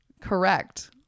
Correct